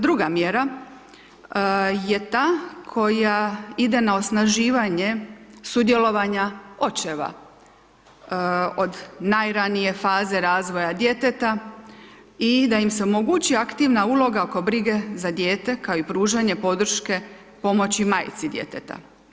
Druga mjera je ta koja ide na osnaživanje sudjelovanja očeva od najranije faze razvoja djeteta i da im se omogući aktivna uloga oko brige za dijete kao i pružanje podrške pomoći majci djeteta.